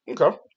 Okay